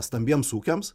stambiems ūkiams